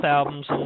albums